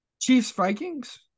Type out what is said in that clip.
Chiefs-Vikings